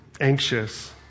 anxious